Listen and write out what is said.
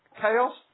Chaos